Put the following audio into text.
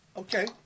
Okay